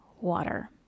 water